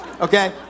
okay